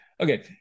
Okay